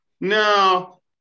No